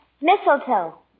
Mistletoe